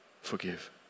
Forgive